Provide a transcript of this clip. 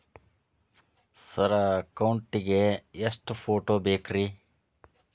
Sir account ಗೇ ಎಷ್ಟು photo ಬೇಕ್ರಿ?